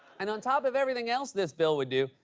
and on top of everything else this bill would do,